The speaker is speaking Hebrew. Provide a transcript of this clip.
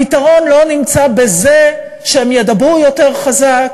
הפתרון לא נמצא בזה שהם ידברו יותר חזק,